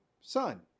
son